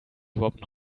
überhaupt